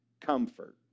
comfort